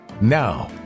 Now